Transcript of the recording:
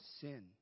sin